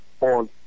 On